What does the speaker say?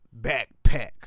backpack